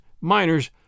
miners